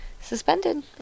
suspended